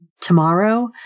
tomorrow